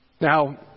Now